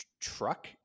truck